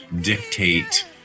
dictate